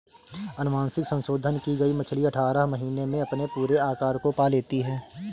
अनुवांशिक संशोधन की गई मछली अठारह महीने में अपने पूरे आकार को पा लेती है